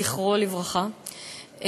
זכרו לברכה,